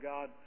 God